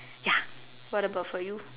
ya what about for you